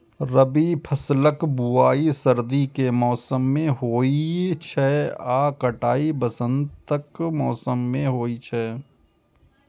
रबी फसलक बुआइ सर्दी के मौसम मे होइ छै आ कटाइ वसंतक मौसम मे होइ छै